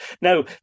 Now